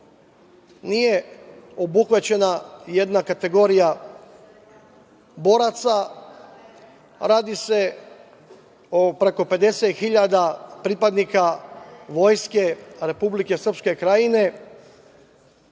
nije obuhvaćena jedna kategorija boraca, radi se o preko 50.000 pripadnika Vojske Republike Srpske Krajine,